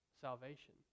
salvation